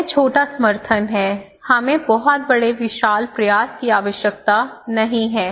यह छोटा समर्थन है हमें बहुत बड़े विशाल प्रयास की आवश्यकता नहीं है